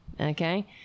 okay